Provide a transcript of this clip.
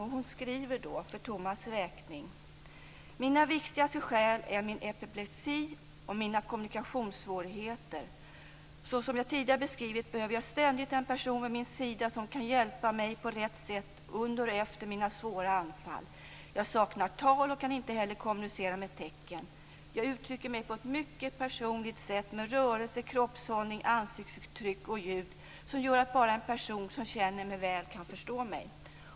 Hon skriver för Tomas räkning: Mina viktigaste skäl är min epilepsi och mina kommunikationssvårigheter. Såsom jag tidigare beskrivit behöver jag ständigt en person vid min sida som kan hjälpa mig på rätt sätt under och efter mina svåra anfall. Jag saknar tal och kan inte heller kommunicera med tecken. Jag uttrycker mig på ett mycket personligt sätt med rörelser, kroppshållning, ansiktsuttryck och ljud, som gör att bara en person som känner mig väl kan förstå mig.